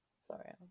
Sorry